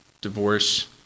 divorce